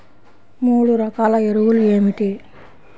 మూడు రకాల ఎరువులు ఏమిటి?